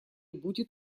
будет